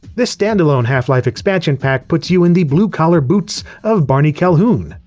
this standalone half-life expansion pack puts you in the blue collar boots of barney calhoun,